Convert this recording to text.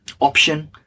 option